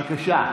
בבקשה.